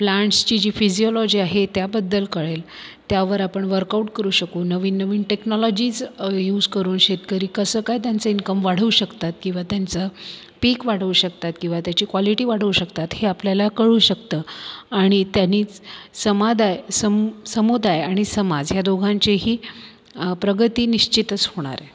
प्लांट्सची जी फिजिओलॉजी आहे त्याबद्दल कळेल त्यावर आपण वर्कआउट करू शकू नवीन नवीन टेक्नॉलॉजीज युज करून शेतकरी कसं काय त्यांचे इन्कम वाढवू शकतात किंवा त्यांचा पिक वाढवू शकतात किंवा त्याची क्वालिटी वाढवू शकतात हे आपल्याला कळू शकतं आणि त्यांनीच समादाय सम समुदाय आणि समाज या दोघांचेही प्रगती निश्चितच होणार